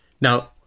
now